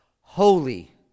holy